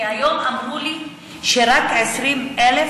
כי היום אמרו לי שרק 20,000,